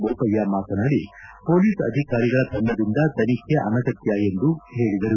ಬೋಪಯ್ಯ ಮಾತನಾಡಿ ಪೊಲೀಸ್ ಅಧಿಕಾರಿಗಳ ತಂಡದಿಂದ ತನಿಖೆ ಅನಗತ್ಯ ಎಂದು ಆಗ್ರಹಪಡಿಸಿದರು